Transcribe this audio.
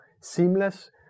seamless